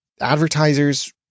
Advertisers